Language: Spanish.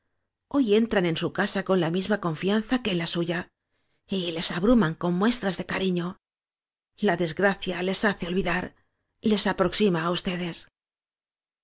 hoy entran en su casa con la misma confianza que la en suya y les abruman con muestras de cariño la desgracia les hace olvidar les aproxima á ustedes